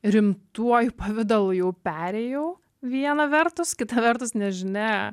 rimtuoju pavidalu jau perėjau viena vertus kita vertus nežinia